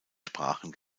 sprachen